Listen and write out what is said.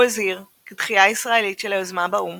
הוא הזהיר, כי דחייה ישראלית של היוזמה באו"ם